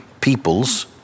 peoples